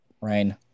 Rain